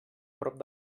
prop